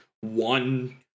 one